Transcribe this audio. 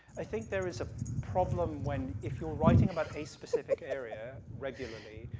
i think there is a problem when, if you're writing about a specific area regularly,